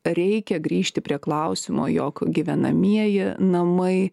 reikia grįžti prie klausimo jog gyvenamieji namai